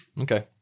Okay